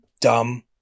dumb